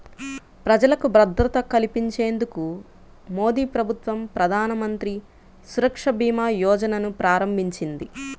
ప్రజలకు భద్రత కల్పించేందుకు మోదీప్రభుత్వం ప్రధానమంత్రి సురక్షభీమాయోజనను ప్రారంభించింది